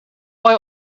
why